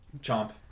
Chomp